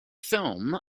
film